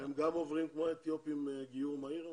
גם הם עוברים כמו האתיופים גיור מהיר?